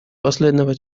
последнего